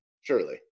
Surely